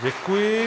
Děkuji.